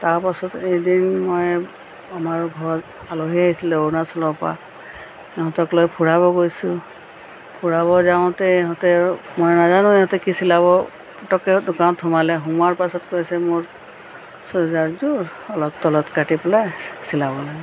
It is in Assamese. তাৰপাছত এদিন মই আমাৰ ঘৰত আলহী আহিছিলে অৰুণাচলৰ পৰা সিহঁতক লৈ ফুৰাব গৈছোঁ ফুৰাব যাওঁতে ইহঁতে মই নাজানো ইহঁতে কি চিলাব ফটককৈ দোকানত সোমালে সোমোৱাৰ পাছত কৈছে মোৰ চুইজাৰযোৰ অলপ তলত কাটি পেলাই চিলাব লাগে